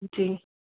जी